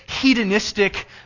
hedonistic